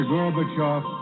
Gorbachev